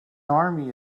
army